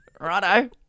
Righto